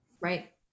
Right